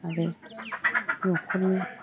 आरो न'खरनि